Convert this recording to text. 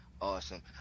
awesome